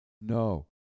no